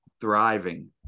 thriving